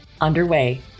underway